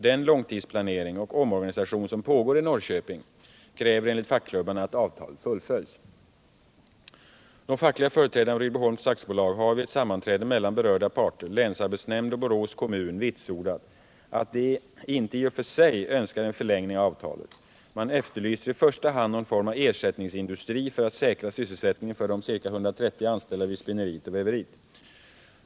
Den långtidsplanering och omorganisation som pågår i Norrköping kräver enligt fackklubbarna att avtalet fullföljs. De fackliga företrädarna vid Rydboholms AB har vid ett sammanträde mellan berörda parter, länsarbetsnämnd och Borås kommun, vitsordat att man inte i och för sig önskar en förlängning av avtalet. Man efterlyser i första hand någon form av ersättningsindustri för att säkra sysselsättningen för de ca 130 anställda vid spinneriet och väveriet.